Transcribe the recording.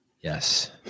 Yes